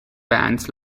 bands